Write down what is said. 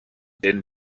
din